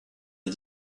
est